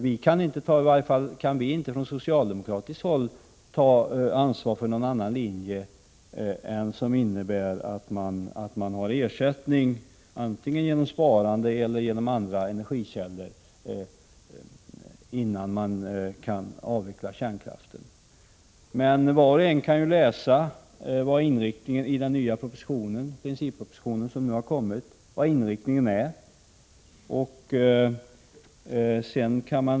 Vi kan inte från socialdemokratiskt håll ta ansvar för någon annan linje än den som innebär att det finns ersättning, antingen genom sparande eller genom andra energikällor, innan kärnkraften kan avvecklas. Var och en kan läsa i den nya principproposition som nu har kommit vilken inriktning vi har.